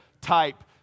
type